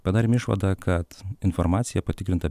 padarėm išvadą kad informacija patikrinta